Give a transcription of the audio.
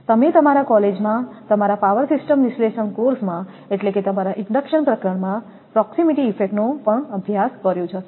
તમે તમારા કોલેજમાં તમારા પાવર સિસ્ટમ વિશ્લેષણ કોર્સમાં એટલે કે તમારા ઇન્ડક્ટન્સ પ્રકરણમાં પ્રોકસીમીટી ઇફેક્ટનો પણ અભ્યાસ કર્યો જ હશે